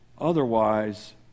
otherwise